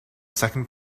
second